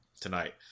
tonight